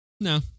no